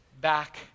back